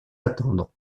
attendre